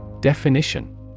Definition